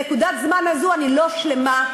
בנקודת הזמן הזו אני לא שלמה,